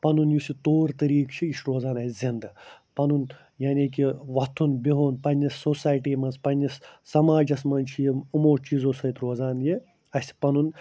پَنُن یُس یہِ طور طریٖقہٕ چھِ یہِ چھُ روزان اَسہِ زِنٛدٕ پَنُن یعنی کہِ وۅتھُن بِہُن پَنٕنہِ سوسایٹی منٛز پَنٕنِس سماجَس منٛز چھِ یہِ یِمَو چیٖزَو سۭتۍ روزان یہِ اَسہِ پَنُن